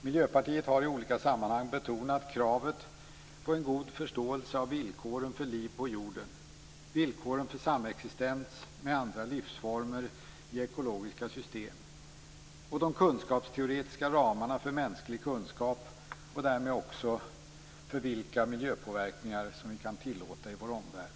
Miljöpartiet har i olika sammanhang betonat kravet på en god förståelse av villkoren för liv på jorden, av villkoren för samexistens med andra livsformer i ekologiska system och förståelse av de kunskapsteoretiska ramarna för mänsklig kunskap och därmed också för vilka miljöpåverkningar vi kan tillåta i vår omvärld.